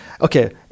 okay